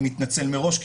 אני מתנצל מראש,